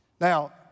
Now